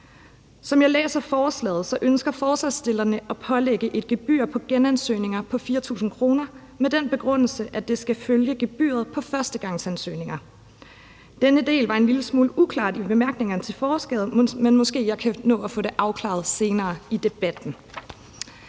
Som jeg læser forslaget, ønsker forslagsstillerne at pålægge et gebyr på genansøgninger på 4.000 kr. med den begrundelse, at det skal følge gebyret for førstegangsansøgninger. Denne del var en lille smule uklar i bemærkningerne til forslaget, men jeg kan måske nå at få det afklaret senere i debatten.